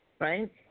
Right